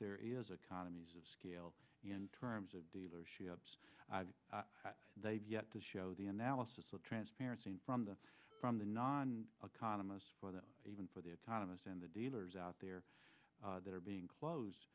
there is a condom in scale in terms of dealerships that they've yet to show the analysis of transparency from the from the non economists for that even for the economists and the dealers out there that are being close